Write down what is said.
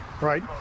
right